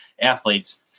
athletes